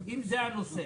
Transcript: אם זה הנושא.